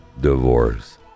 divorce